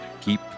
keep